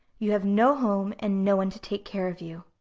you have no home and no one to take care of you.